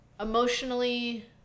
emotionally